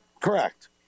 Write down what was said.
Correct